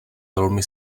velmi